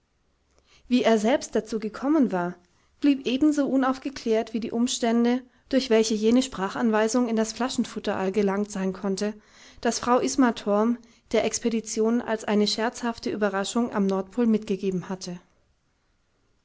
wie er selbst dazu gekommen war blieb ebenso unaufgeklärt wie die umstände durch welche jene sprachanweisung in das flaschenfutteral gelangt sein konnte das frau isma torm der expedition als eine scherzhafte überraschung am nordpol mitgegeben hatte